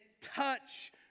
touch